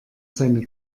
seine